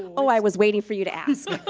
oh, i was waiting for you to ask.